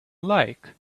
like